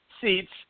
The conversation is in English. seats